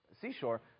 Seashore